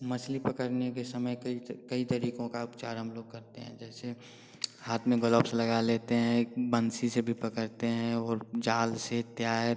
मछली पकड़ने के समय कई त कई तरीकों का उपचार हम लोग करते हैं जैसे हाथ में गलोब्स लगा लेते हैं बंसी से भी पकड़ते हैं और जाल से तैयार